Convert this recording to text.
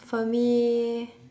for me